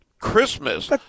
Christmas –